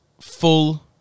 full